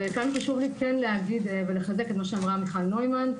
כאן חשוב לי כן לחזק את מה שאמרה מיכל נוימן,